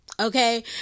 okay